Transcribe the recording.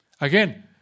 Again